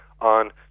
on